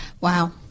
Wow